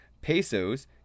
Pesos